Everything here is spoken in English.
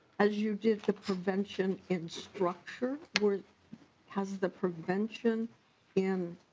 as you did for prevention in structure word has the prevention in.